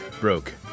broke